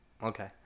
Okay